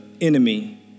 enemy